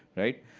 right?